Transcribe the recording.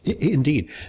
Indeed